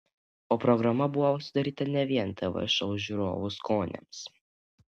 o programa buvo sudaryta ne vien tv šou žiūrovų skoniams